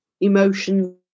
emotions